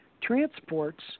transports